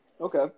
Okay